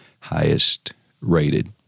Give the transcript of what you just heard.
highest-rated